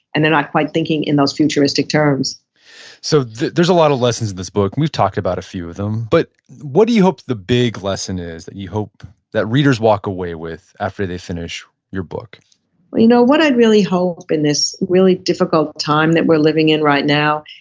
and they're not quite thinking in those futuristic terms so there's a lot of lessons in this book, and we've talked about a few of them. but what do you hope the big lesson is that you hope that readers walk away with after they finish your book? well you know what i'd really hope in this really difficult time that we're living in right now,